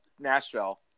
Nashville